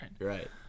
right